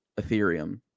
ethereum